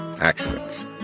accidents